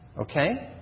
Okay